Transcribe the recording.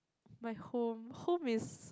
my home home is